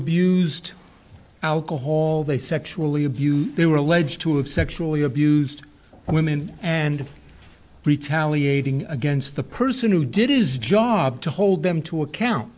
abused alcohol they sexually abuse they were alleged to have sexually abused women and retaliated against the person who did his job to hold them to account